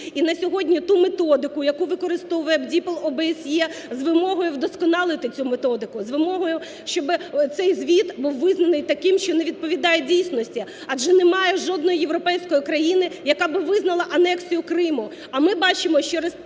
і на сьогодні ту методику, яку використовує БДІПЛ ОБСЄ, з вимогою вдосконалити цю методику, з вимогою, щоб цей звіт був визнаний таким, що не відповідає дійсності, адже немає жодної європейської країни, яка б визнала анексію Криму.